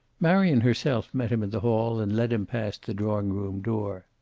marion herself met him in the hall, and led him past the drawing-room door.